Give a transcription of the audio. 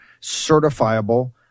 certifiable